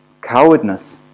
cowardness